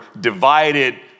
divided